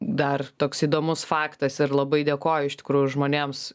dar toks įdomus faktas ir labai dėkoju iš tikrųjų žmonėms